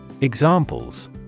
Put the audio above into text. Examples